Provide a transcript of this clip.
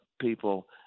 people